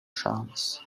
szans